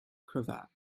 cravat